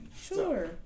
Sure